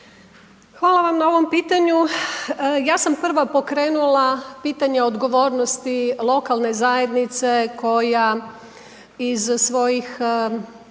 Hvala vam na ovom pitanju, ja sam prva pokrenula pitanje odgovornosti lokalne zajednice koja iz svojih